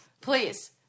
Please